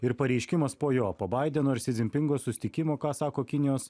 ir pareiškimas po jo po baideno ir si zin pingo susitikimo ką sako kinijos